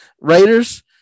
Raiders